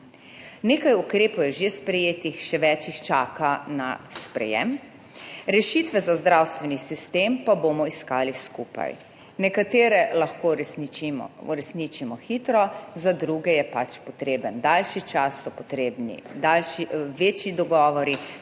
Nekaj ukrepov je že sprejetih, še več jih čaka na sprejem. Rešitve za zdravstveni sistem pa bomo iskali skupaj. Nekatere lahko uresničimo hitro, za druge je pač potreben daljši čas, so potrebni daljši, večji dogovori